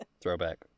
Throwback